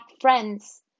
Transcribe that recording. friends